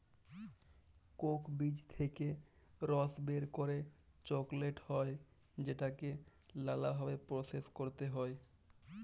Coke বীজ থেক্যে রস বের করে চকলেট হ্যয় যেটাকে লালা ভাবে প্রসেস ক্যরতে হ্য়য়